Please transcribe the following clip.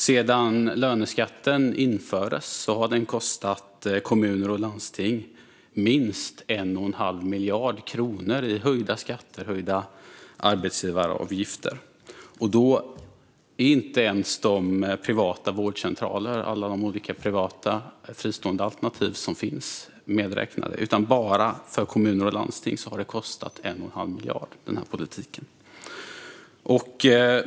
Sedan löneskatten infördes har den kostat kommuner och landsting minst 1 1⁄2 miljard kronor i höjda skatter och höjda arbetsgivaravgifter. Och då är inte ens de privata vårdcentralerna och alla de andra fristående alternativ som finns medräknade, utan detta gäller bara kommuner och landsting. För dem har den här politiken kostat 1 1⁄2 miljard.